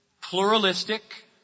pluralistic